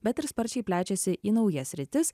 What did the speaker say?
bet ir sparčiai plečiasi į naujas sritis